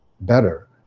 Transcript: better